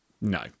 no